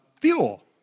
fuel